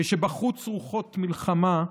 כשבחוץ רוחות מלחמה,